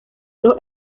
los